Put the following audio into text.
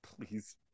Please